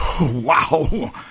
wow